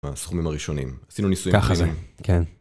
הסכומים הראשונים, עשינו ניסויים כימיים. ככה זה, כן.